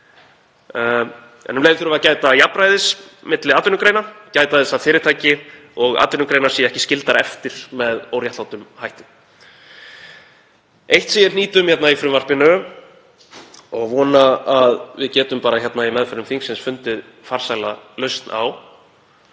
En um leið þurfum við að gæta jafnræðis milli atvinnugreina, gæta þess að fyrirtæki og atvinnugreinar séu ekki skildar eftir með óréttlátum hætti. Eitt sem ég hnýt um í frumvarpinu, og vona að við getum hér í meðförum þingsins fundið farsæla lausn á